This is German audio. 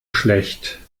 schlecht